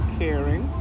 caring